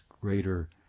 greater